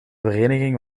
vereniging